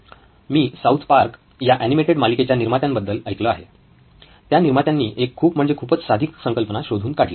मी South Park या animated मालिकेच्या निर्मात्यांबद्दल ऐकलं आहे त्या निर्मात्यांनी एक खूप म्हणजे खूपच साधी संकल्पना शोधून काढली